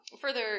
further